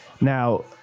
Now